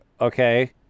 okay